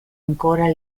ancora